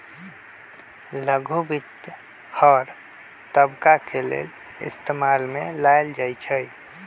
लघु वित्त हर तबका के लेल इस्तेमाल में लाएल जाई छई